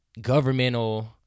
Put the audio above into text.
governmental